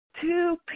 two